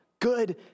good